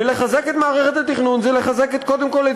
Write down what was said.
ולחזק את מערכת התכנון זה לחזק קודם כול את